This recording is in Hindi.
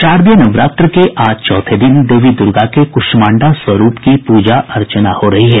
शारदीय नवरात्र के आज चौथे दिन देवी दुर्गा के कूष्मांडा स्वरूप की पूजा अर्चना हो रही है